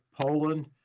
Poland